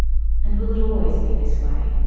and will it always be this way?